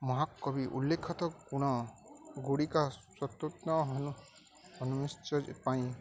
ମହାକବି ଉଲ୍ଲେଖତ ଗୁଣ ଗୁଡ଼ିକ ପାଇଁ